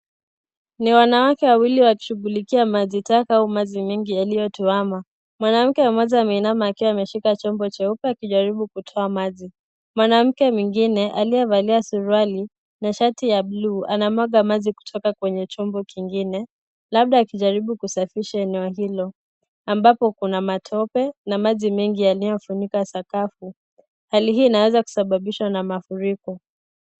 NI wanawake wawili wakishughulikia majitaka au maji mengi yaliyotuama. Mwanamke mmoja ameinama akiwa ameshika chombo cheupe akijaribu kutoa suruali. Mwanamke mwengine aliyevalia suruali na shati ya buluu anamwaga maji kutoka kwenye chombo kingine labda akijaribu kusafisha eneo hilo ambapo kuna matope na maji mengi yanayofunika sakafu. Hali hii inaweza kusababishwa na mafuriko.